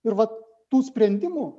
ir vat tų sprendimų